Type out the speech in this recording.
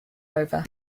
over